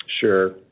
Sure